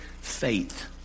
faith